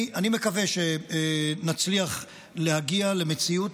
אני מקווה שנצליח להגיע למציאות,